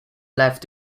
left